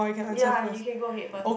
ya you can go ahead first